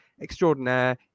extraordinaire